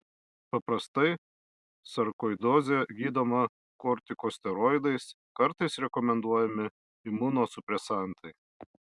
paprastai sarkoidozė gydoma kortikosteroidais kartais rekomenduojami imunosupresantai